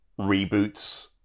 reboots